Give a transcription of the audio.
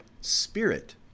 Spirit